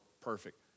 perfect